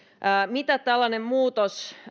mitä tällainen muutos